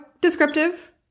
Descriptive